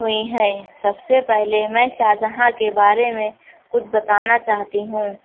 ہوئی ہیں سب سے پہلے میں شاہجہاں کے بارے میں کچھ بتانا چاہتی ہوں